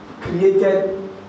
created